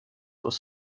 was